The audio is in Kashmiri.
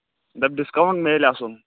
دَپ ڈِسکاوُنٛٹ میلہِ اَصٕل